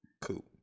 Cool